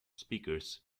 speakers